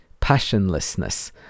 passionlessness